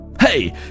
Hey